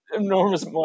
enormous